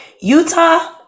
Utah